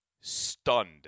stunned